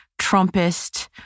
Trumpist